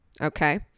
Okay